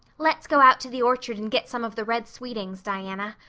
let's go out to the orchard and get some of the red sweetings, diana.